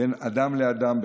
בין אדם לאדם,